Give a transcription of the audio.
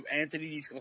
Anthony